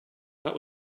that